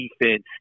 defense